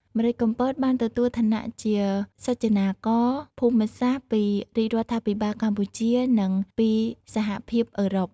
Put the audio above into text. ម្រេចកំពត បានទទួលឋានៈជាសុចនាករភូមិសាស្រ្តពីរាជរដ្ឋាភិបាលកម្ពុជា និងពីសហភាពអឺរ៉ុប។